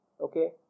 okay